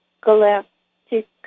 galactic